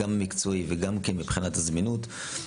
גם מקצועי וגם כן מבחינת הזמינות.